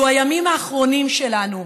אלה הימים האחרונים שלנו